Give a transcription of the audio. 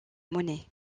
monnaie